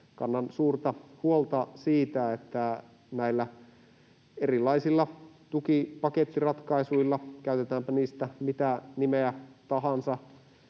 kannan suurta huolta siitä, että näillä erilaisilla tukipakettiratkaisuilla — käytetäänpä niistä mitä nimeä tahansa,